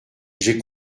j’ai